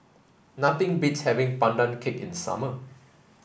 nothing beats having Pandan Cake in summer